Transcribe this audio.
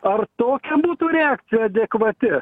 ar tokia būtų reakcija adekvati